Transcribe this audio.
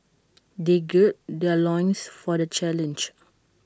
they gird their loins for the challenge